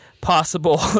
possible